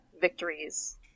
victories